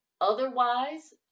Otherwise